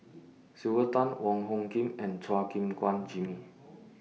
Sylvia Tan Wong Hung Khim and Chua Gim Guan Jimmy